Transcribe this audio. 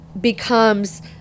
becomes